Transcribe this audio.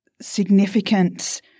significant